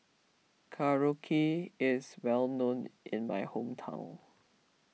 Korokke is well known in my hometown